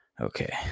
Okay